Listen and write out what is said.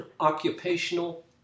occupational